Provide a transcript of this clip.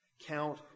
Count